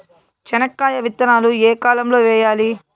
చెనక్కాయ విత్తనాలు ఏ కాలం లో వేయాలి?